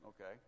Okay